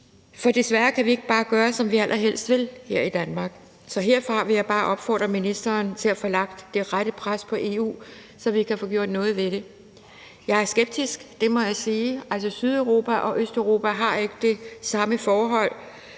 for desværre kan vi ikke bare gøre, som vi allerhelst vil her i Danmark. Så herfra vil jeg bare opfordre ministeren til at få lagt det rette pres på EU, så vi kan få gjort noget ved det. Jeg er skeptisk; det må jeg sige. Altså, Sydeuropa og Østeuropa har ikke det samme